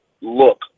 look